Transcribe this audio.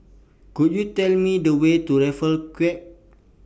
Could YOU Tell Me The Way to Raffles Quay